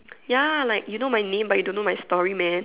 ya like you know my name but you don't know my story man